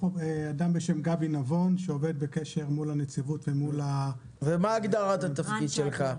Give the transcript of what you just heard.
אדם בשם גבי נבון שעומד בקשר מול הנציבות -- ומה הגדרת התפקיד שלך?